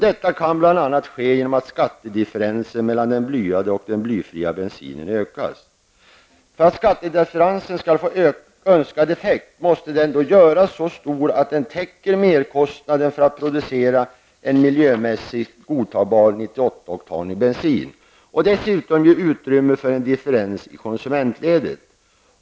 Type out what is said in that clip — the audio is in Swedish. Detta kan bl.a. ske genom att skattedifferensen mellan den blyade och den blyfria bensinen ökas. För skattedifferensen skall ha önskad effekt måste den göras så stor att den täcker merkostnaden för att producera en miljömässigt godtagbar 98-oktanig bensin coh dessutom ge utrymme för en differens i konsumentledet.